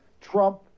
Trump